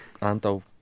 Anto